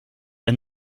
and